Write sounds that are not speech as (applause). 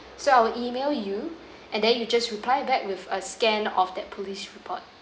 so I will email you (breath) and then you just reply back with a scan of that police report